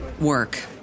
work